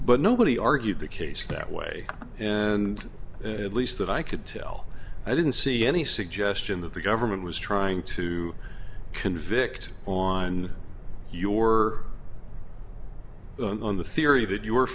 but nobody argued the case that way and at least that i could tell i didn't see any suggestion that the government was trying to convict on your on the theory that you